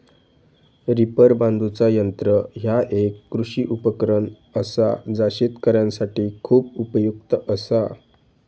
reaper बांधुचा यंत्र ह्या एक कृषी उपकरण असा जा शेतकऱ्यांसाठी खूप उपयुक्त असा